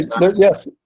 yes